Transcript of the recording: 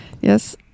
Yes